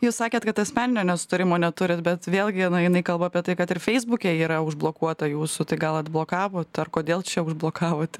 jūs sakėt kad asmeninio nesutarimo neturit bet vėlgi jinai kalba apie tai kad ir feisbuke yra užblokuota jūsų tai gal atblokavot ar kodėl čia užblokavot